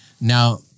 Now